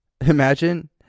Imagine